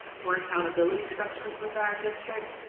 more accountability structures within our district,